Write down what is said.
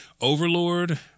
Overlord